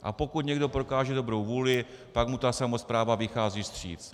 A pokud někdo prokáže dobrou vůli, tak mu samospráva vychází vstříc.